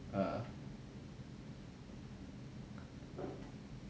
err